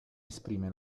esprime